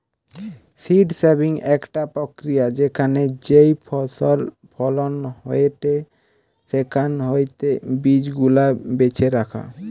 seed saving একটা প্রক্রিয়া যেখানে যেই ফসল ফলন হয়েটে সেখান হইতে বীজ গুলা বেছে রাখা